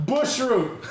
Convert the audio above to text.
Bushroot